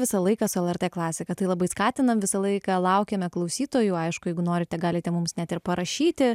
visą laiką su lrt klasika tai labai skatinam visą laiką laukiame klausytojų aišku jeigu norite galite mums net ir parašyti